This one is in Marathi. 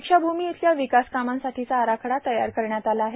दक्षाभूमी येथील विकास कामांसाठीचा आराखडा तयार करण्यात आला आहे